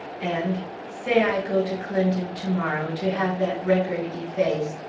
and say i go to clinton to-morrow to have that record effaced,